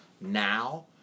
now